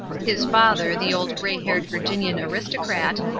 his father, the old grey-haired virginian aristocrat,